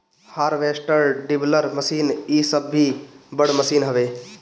harvester, dibbler machine इ सब भी बड़ मशीन हवे